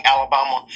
Alabama